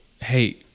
hey